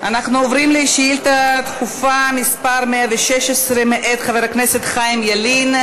אנחנו עוברים לשאילתה דחופה מס' 116 מאת חבר הכנסת חיים ילין.